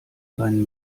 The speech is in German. seinen